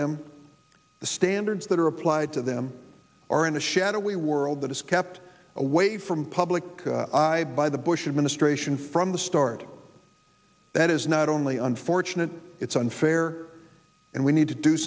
them the standards that are applied of them are in a shadowy world that is kept away from public eye by the bush administration from the start that is not only unfortunate it's unfair and we need to do